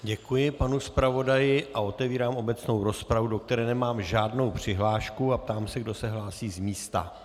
Děkuji panu zpravodaji a otevírám obecnou rozpravu, do které nemám žádnou přihlášku, a ptám se, kdo se hlásí z místa.